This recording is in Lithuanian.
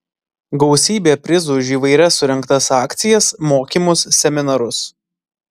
gausybė prizų už įvairias surengtas akcijas mokymus seminarus